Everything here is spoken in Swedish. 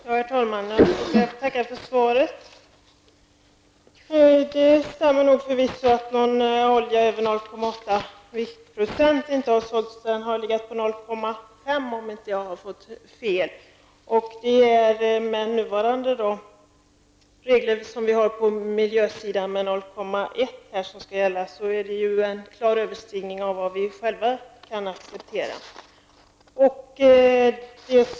Herr talman! Jag får tacka för svaret. Det stämmer nog att olja där svavelhalten överstiger 0,8 viktprocent inte har sålts. Halten har legat på 0,5 om jag inte har fått fel uppgifter. Mot bakgrund av de regler som vi för närvarande har på miljösidan som stadgar 0,1 viktprocent överstiger detta vad vi själva kan acceptera.